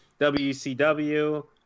WCW